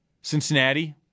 Cincinnati